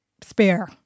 spare